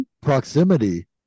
proximity